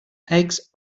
eggs